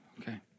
okay